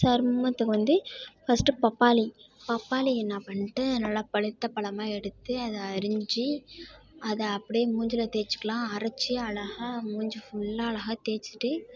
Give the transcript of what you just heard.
சருமத்துக்கு வந்து ஃபர்ஸ்ட்டு பப்பாளி பப்பாளி என்ன பண்ணிட்டு நல்லா பழுத்த பழமாக எடுத்து அதை அரிஞ்சு அதை அப்படியே மூஞ்சியில தேய்ச்சிக்குலாம் அதை அரைச்சி அழகாக மூஞ்சு ஃபுல்லா அழகாக தேய்ச்சிட்டு